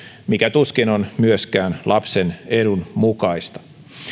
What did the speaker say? mikä tuskin on myöskään lapsen edun mukaista